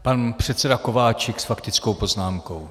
Pan předseda Kováčik s faktickou poznámkou.